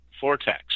vortex